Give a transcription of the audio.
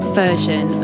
version